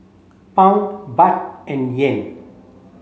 Pound Baht and Yen